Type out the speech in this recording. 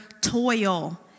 toil